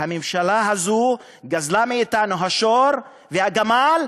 והממשלה הזאת גזלה מאתנו את השור והגמל,